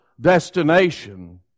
destination